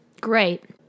Great